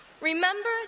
remember